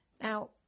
Now